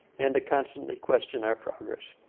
and to constantly question our progress.